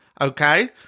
okay